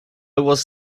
was